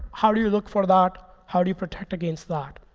how do you look for that? how do you protect against that?